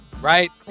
right